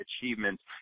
achievements